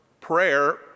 prayer